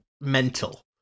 mental